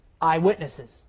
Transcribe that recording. Eyewitnesses